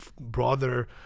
brother